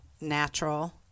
natural